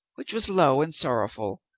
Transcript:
which was low and sorrowful,